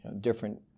different